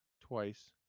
twice